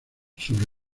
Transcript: sobre